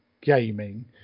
gaming